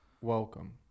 welcome